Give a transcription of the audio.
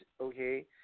okay